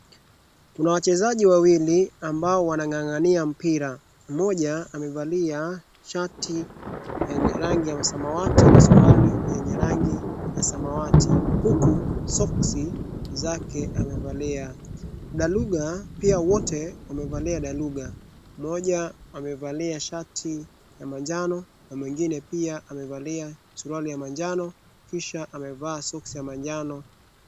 Kuna wachezaji wawili ambao wanang'ang'ania mpira, mmoja amevalia shati yenye rangi ya samawati na suruari yenye rangi ya samawati, huku soksi zake amevalia. Daluga pia wote wamevalia daluga. Mmoja amevalia shati ya manjano na mwingine pia amevalia suruari ya manjano, kisha amevaa soksi ya manjano.